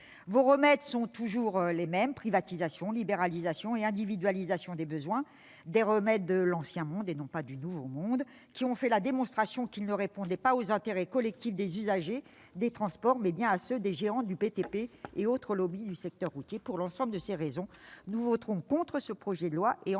Vos remèdes sont toujours les mêmes : privatisation, libéralisation et individualisation des besoins. Ces remèdes de l'ancien monde, et non pas du nouveau, ont fait la démonstration qu'ils servaient non pas les intérêts collectifs des usagers des transports, mais bien ceux des géants du bâtiment et des travaux publics et des autres lobbies du secteur routier. Pour l'ensemble de ces raisons, nous voterons contre ce projet de loi et pour la